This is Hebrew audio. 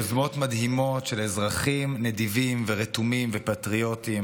יוזמות מדהימות של אזרחים נדיבים ורתומים ופטריוטים,